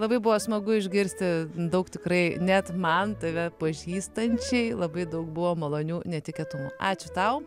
labai buvo smagu išgirsti daug tikrai net man tave pažįstančiai labai daug buvo malonių netikėtumų ačiū tau